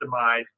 customized